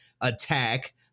attack